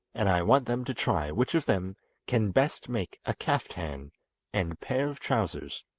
and i want them to try which of them can best make a kaftan and pair of trousers